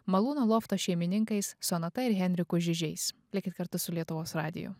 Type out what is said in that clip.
malūno lofto šeimininkais sonata ir henriku žižiais likit kartu su lietuvos radiju